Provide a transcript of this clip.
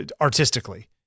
Artistically